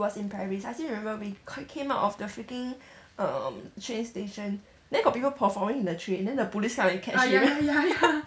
it was in paris I still remember we ca~ came out of the freaking um train station then got people performing in the train then the police come and catch